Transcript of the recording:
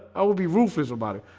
i would be rufus about it,